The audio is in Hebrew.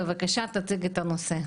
בבקשה תציג את הנושא.